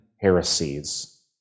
heresies